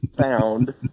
found